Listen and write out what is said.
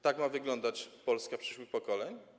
Tak ma wyglądać Polska przyszłych pokoleń?